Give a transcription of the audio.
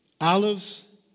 Olives